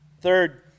Third